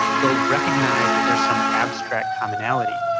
they'll recognize that there's some abstract commonality.